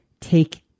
take